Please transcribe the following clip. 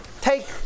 take